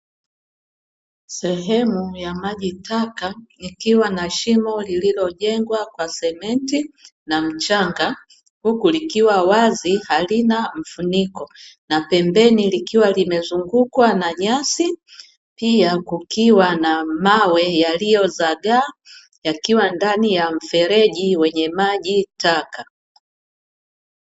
Sehemu ya maji taka ikiwa na shimo lililojengwa kwa simenti na mchanga huku likiwa wazi halina mfuniko na pembeni likiwa limezungukwa na nyasi pia kukiwa na mawe yaliyozagaa yakiwa ndani ya mfereji wenye maji taka.